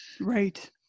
Right